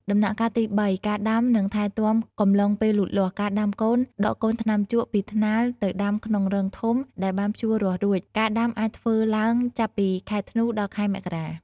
ដំណាក់កាលទី ៣ ការដាំ និងថែទាំកំឡុងពេលលូតលាស់ ការដាំកូន ដកកូនថ្នាំជក់ពីថ្នាលទៅដាំក្នុងរងធំដែលបានភ្ជួររាស់រួច ការដាំអាចធ្វើឡើងចាប់ពីខែធ្នូដល់ខែមករា។